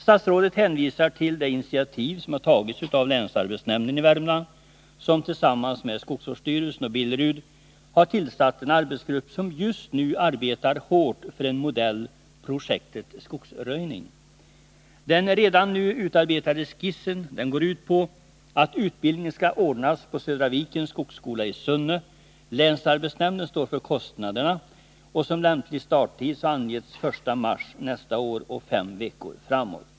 Statsrådet hänvisar till det initiativ som har tagits av länsarbetsnämnden i Värmland som tillsammans med skogsvårdsstyrelsen och Billerud har tillsatt en arbetsgrupp, som just nu arbetar hårt med att utforma en modell för ”projektet skogsröjning”. Den redan nu utarbetade skissen går ut på att utbildningen skall anordnas på Södra Vikens skogsskola i Sunne. Länsarbetsnämnden står för kostnaderna. Som lämplig starttid har angetts den 1 mars nästa år med fortsättning fem veckor framåt.